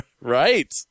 Right